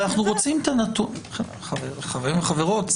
חברים וחברות,